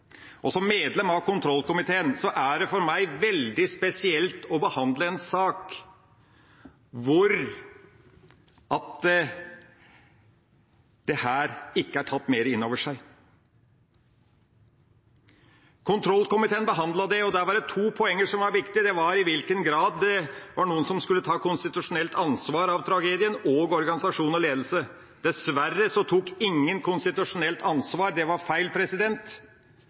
Som medlem av kontrollkomiteen er det for meg veldig spesielt å behandle en sak der man ikke har tatt dette mer inn over seg. Kontrollkomiteen behandlet det, og der var det to poeng som var viktige. Det var i hvilken grad det var noen som skulle ta konstitusjonelt ansvar for tragedien, og det var organisasjon og ledelse. Dessverre tok ingen konstitusjonelt ansvar. Det var feil.